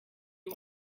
you